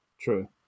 True